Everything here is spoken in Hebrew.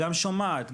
גם שומעת,